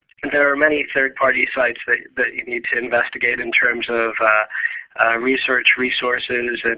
there are many third-party sites that that you need to investigate in terms of research, resources, and